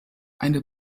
eine